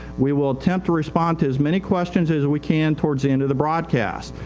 we will attempt to respond to as many questions as we can towards the end of the broadcast.